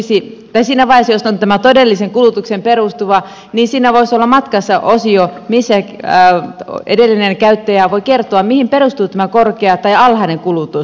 siinä vaiheessa jos on tämä todellisen kulutukseen perustuva todistus siinä voisi olla matkassa osio missä edellinen käyttäjä voi kertoa mihin perustuu tämä korkea tai alhainen kulutus